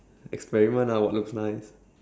experiment ah what looks nice